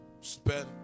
spend